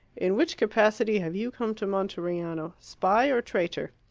in which capacity have you come to monteriano spy or traitor?